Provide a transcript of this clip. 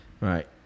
Right